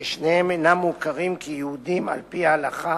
ששניהם אינם מוכרים כיהודים על-פי ההלכה